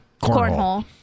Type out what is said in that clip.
Cornhole